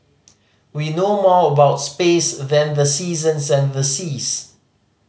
we know more about space than the seasons and the seas